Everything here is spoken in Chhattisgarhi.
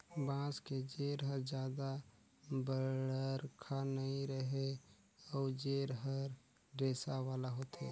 बांस के जेर हर जादा बड़रखा नइ रहें अउ जेर हर रेसा वाला होथे